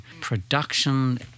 production